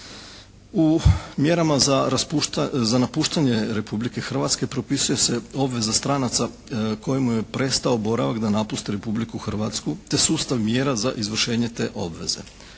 U mjerama za napuštanje Republike Hrvatske propisuje se obveza stranaca kojemu je prestao boravak da napusti Republiku Hrvatsku te sustav mjera za izvršenje te obveze.